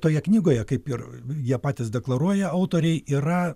toje knygoje kaip ir jie patys deklaruoja autoriai yra